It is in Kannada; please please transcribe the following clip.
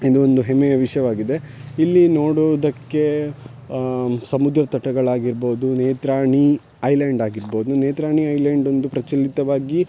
ಇದು ಒಂದು ಹೆಮ್ಮೆಯ ವಿಷಯವಾಗಿದೆ ಇಲ್ಲಿ ನೋಡೋದಕ್ಕೆ ಸಮುದ್ರ ತಟಗಳಾಗಿರ್ಬಹ್ದು ನೇತ್ರಾಣಿ ಐಲ್ಯಾಂಡ್ ಆಗಿರ್ಬಹ್ದು ನೇತ್ರಾಣಿ ಐಲ್ಯಾಂಡ್ ಒಂದು ಪ್ರಚಲಿತವಾಗಿ